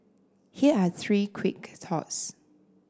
here are three quick thoughts